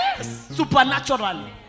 Supernaturally